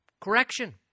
Correction